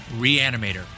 Reanimator